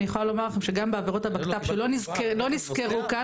אני יכולה לומר לכם שגם עבירות הבקת"ב שלא נסכרו כאן,